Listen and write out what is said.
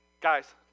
Guys